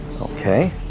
Okay